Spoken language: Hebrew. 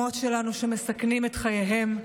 והלוחמות שלנו שמסכנים את חייהם,